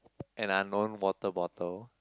an unknown water bottle